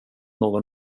någon